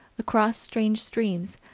across strange streams,